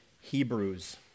Hebrews